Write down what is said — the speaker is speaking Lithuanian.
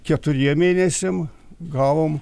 keturiem mėnesiam gavom